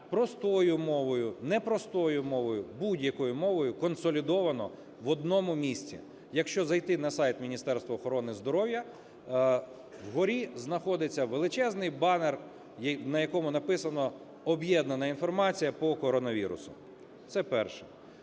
простою мовою, непростою мовою – будь-якою мовою консолідована в одному місці. Якщо зайти на сайт Міністерства охорони здоров'я, вгорі знаходиться величезний банер, на якому написана об'єднана інформація по коронавірусу. Це перше.